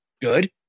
good